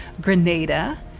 Grenada